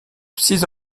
six